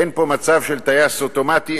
אין פה מצב של טייס אוטומטי,